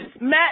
Matt